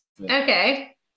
Okay